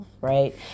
right